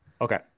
Okay